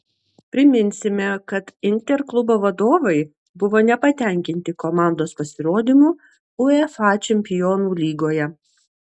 priminsime kad inter klubo vadovai buvo nepatenkinti komandos pasirodymu uefa čempionų lygoje